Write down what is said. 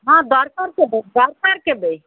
ହଁ ଦରକାର କେବେ ଦରକାର କେବେ